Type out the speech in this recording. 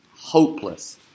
Hopeless